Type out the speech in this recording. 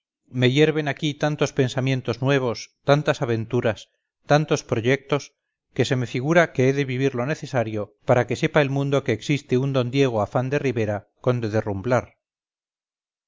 me hierven aquí tantos pensamientos nuevos tantas aventuras tantos proyectos que se me figura he de vivir lo necesario para que sepa el mundo que existe un d diego afán de ribera conde